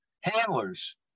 handlers